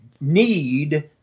need